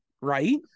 Right